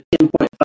10.5